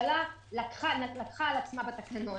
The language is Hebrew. שהממשלה לקחה על עצמה בתקנון,